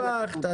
לא סיבכת.